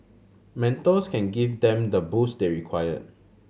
mentors can give them the boost they require